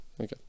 Okay